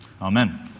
Amen